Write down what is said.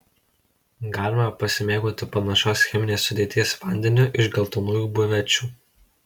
galima pasimėgauti panašios cheminės sudėties vandeniu iš geltonųjų biuvečių